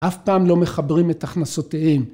‫אף פעם לא מחברים את הכנסותיהן.